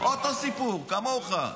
אותו סיפור כמוך.